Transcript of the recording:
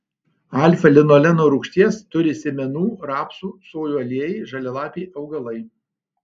alfa linoleno rūgšties turi sėmenų rapsų sojų aliejai žalialapiai augalai